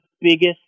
biggest